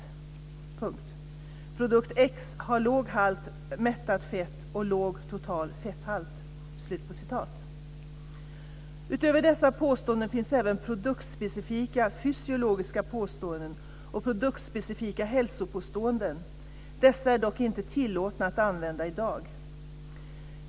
Produkt X har låg halt mättat fett och låg total fetthalt." Utöver dessa påståenden finns även produktspecifika fysiologiska påståenden och produktspecifika hälsopåståenden. Dessa är dock inte tillåtna att använda i dag.